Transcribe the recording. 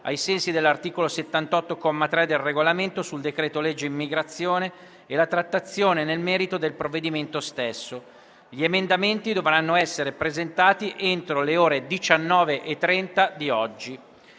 ai sensi dell'articolo 78, comma 3, del Regolamento, sul decreto-legge immigrazione e la trattazione nel merito del provvedimento stesso. Gli emendamenti dovranno essere presentati entro le ore 19,30 di oggi.